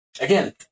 again